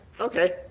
okay